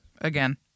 again